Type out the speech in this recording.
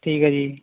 ਠੀਕ ਹੈ ਜੀ